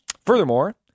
Furthermore